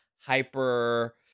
hyper